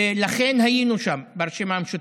לכן היינו שם מהרשימה המשותפת,